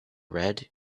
red